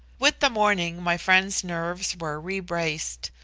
with the morning my friend's nerves were rebraced,